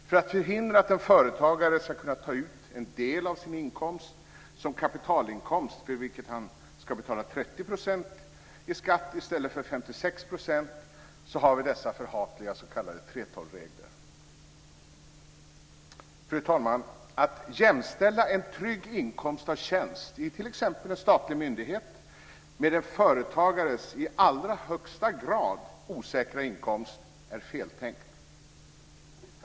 För att förhindra att en företagare kan ta ut en del av sin inkomst som kapitalinkomst, för vilken han ska betala 30 % skatt i stället för 56 %, har vi dessa förhatliga s.k. 3:12-regler. Fru talman! Att jämställa en trygg inkomst av tjänst, t.ex. i en statlig myndighet, med en företagares i allra högsta grad osäkra inkomst är feltänkt.